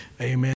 amen